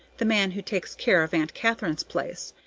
the man who takes care of aunt katharine's place,